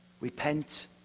Repent